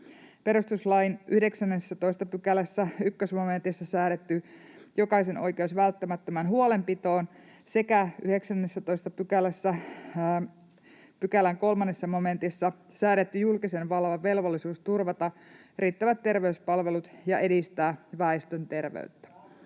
perustuslain 19 §:n 1 momentissa säädetty jokaisen oikeus välttämättömään huolenpitoon, sekä 19 §:n 3 momentissa säädetty julkisen vallan velvollisuus turvata riittävät terveyspalvelut ja edistää väestön terveyttä.